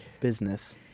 Business